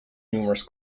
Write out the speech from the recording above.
numerous